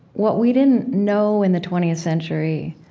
what we didn't know in the twentieth century,